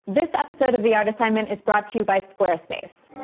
this episode of the art assignment is brought you by squarespace.